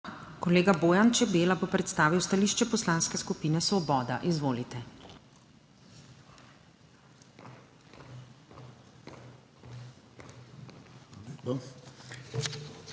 Kolega Bojan Čebela bo predstavil stališče Poslanske skupine Svoboda. Izvolite.